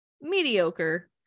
mediocre